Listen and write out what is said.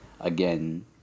again